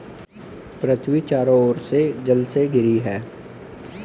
पृथ्वी चारों ओर से जल से घिरी है